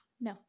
no